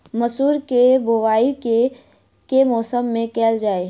मसूर केँ बोवाई केँ के मास मे कैल जाए?